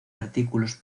artículos